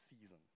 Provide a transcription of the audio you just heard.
season